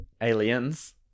Aliens